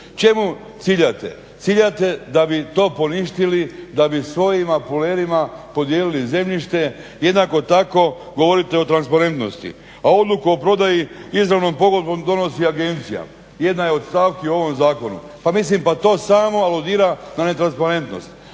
Čemu ciljate? Ciljate da bi to poništili, da bi svojim manipulerima podijelili zemljište. jednako tako govorite o transparentnosti a odluku o prodaji izravnom pogodbom donosi agencija. Jedna je od stavki u ovom zakonu. Pa mislim da to samo anulira na transparentnost.